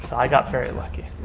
so i got very lucky.